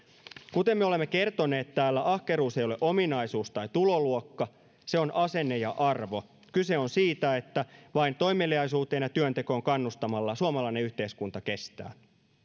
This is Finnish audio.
kuten me olemme kertoneet täällä ahkeruus ei ole ominaisuus tai tuloluokka se on asenne ja arvo kyse on siitä että vain toimeliaisuuteen ja työntekoon kannustamalla suomalainen yhteiskunta kestää